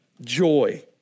joy